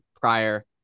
prior